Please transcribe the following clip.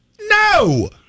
No